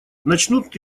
начнут